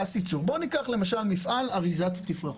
ניקח למשל מפעל אריזת תפרחת.